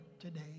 today